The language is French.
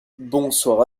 bonsoir